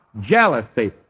jealousy